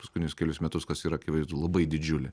paskutinius kelis metus kas yra akivaizdu labai didžiulė